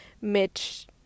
mitch